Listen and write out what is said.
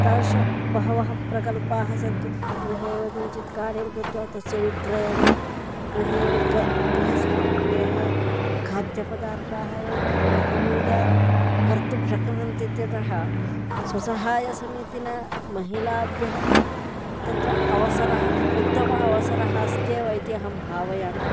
तादृशबहवः प्रकल्पाः सान्ति गृहे एव किञ्चित् कार्यं कृत्वा तस्य विक्रयणं गृहे एव गृहसामग्र्यः खाद्यपदार्थाः एवं बहुविधं कर्तुं शक्नुवन्ति इत्यतः स्वसहायसमितिना महिलाभ्यः तत्र अवसरः उत्तम अवसरः अस्त्येव इति अहं भावयामि